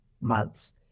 months